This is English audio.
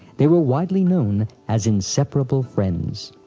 they were widely known as inseparable friends.